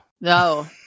No